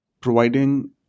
providing